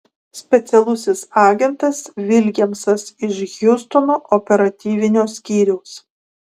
specialusis agentas viljamsas iš hjustono operatyvinio skyriaus